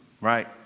right